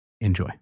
Enjoy